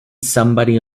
somebody